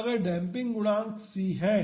तो अगर डेम्पिंग गुणांक c है